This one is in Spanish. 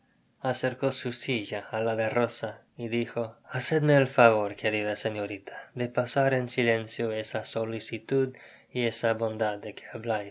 acercó su silla á la de rosa y dijo hacedme el favor querida señorita de pasar en silencio esa solicitud y esa bondad de